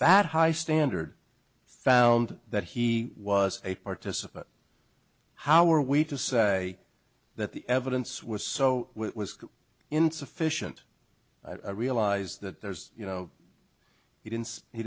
that high standard found that he was a participant how were we to say that the evidence was so it was insufficient i realize that there's you know he didn't he